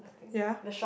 ya